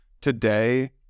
today